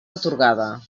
atorgada